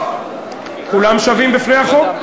כולם שווים בפני החוק.